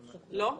לא?